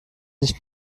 nicht